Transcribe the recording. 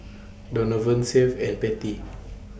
Donavon Seth and Patti